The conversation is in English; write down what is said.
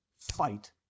fight